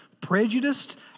prejudiced